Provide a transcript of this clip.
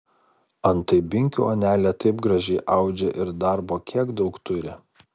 antai binkių onelė taip gražiai audžia ir darbo kiek daug turi